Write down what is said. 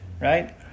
right